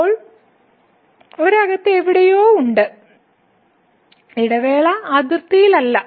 ഇപ്പോൾ ഒരു അകത്ത് എവിടെയോ ഉണ്ട് ഇടവേള അതിർത്തിയിലല്ല